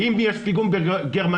אם יש פיגום גרמני,